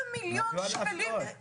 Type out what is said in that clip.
100 מיליון שקלים.